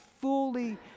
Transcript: fully